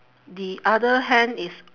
the other hand is